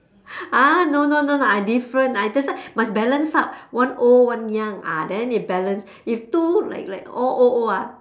!huh! no no no no I different I just why must balance out one old one young ah then it balance if two like like all old old ah